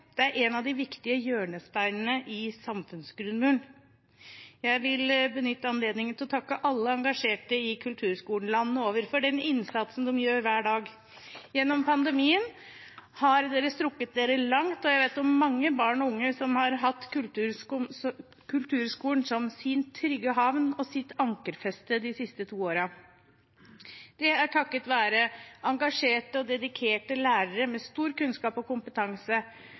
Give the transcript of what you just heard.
Det er en av de viktige hjørnesteinene i samfunnsgrunnmuren. Jeg vil benytte anledningen til å takke alle engasjerte i kulturskolen landet over for den innsatsen de gjør hver dag. Gjennom pandemien har de strukket seg langt. Jeg vet om mange barn og unge som har hatt kulturskolen som sin trygge havn og sitt ankerfeste de siste to årene. Det er takket være engasjerte og dedikerte lærere med stor kunnskap og kompetanse.